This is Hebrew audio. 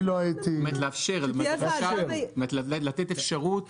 זאת אומרת - לתת אפשרות.